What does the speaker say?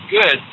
good